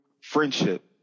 friendship